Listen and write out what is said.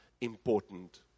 important